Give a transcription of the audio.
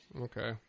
Okay